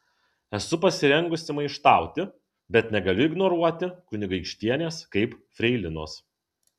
esu pasirengusi maištauti bet negaliu ignoruoti kunigaikštienės kaip freilinos